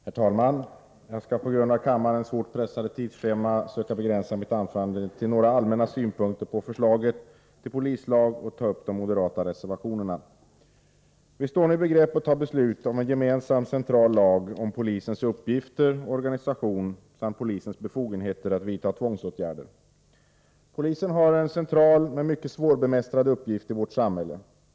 Herr talman! Jag skall på grund av kammarens hårt pressade tidsschema försöka begränsa mitt anförande till några allmänna synpunkter på förslaget till polislag. Dessutom skall jag ta upp de moderata reservationerna. Vi står nu i begrepp ati fatta beslut om en gemensam central lag om polisens uppgifter och organisation samt polisens befogenheter att vidta tvångsåtgärder. Polisen har en central men mycket svårbemästrad uppgift i vårt samhälle.